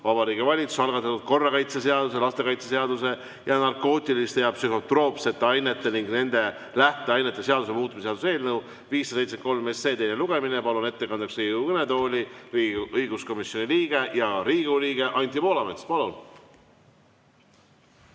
Vabariigi Valitsuse algatatud korrakaitseseaduse, lastekaitseseaduse ja narkootiliste ja psühhotroopsete ainete ning nende lähteainete seaduse muutmise seaduse eelnõu 573 teine lugemine. Palun ettekandeks Riigikogu kõnetooli Riigikogu õiguskomisjoni liikme, Riigikogu liikme Anti Poolametsa. Palun!